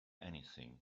anything